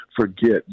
forget